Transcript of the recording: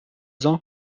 zone